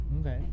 Okay